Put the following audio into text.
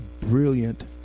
brilliant